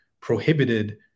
prohibited